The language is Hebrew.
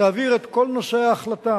תעביר את כל נושא ההחלטה